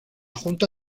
junta